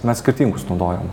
mes skirtingus naudojam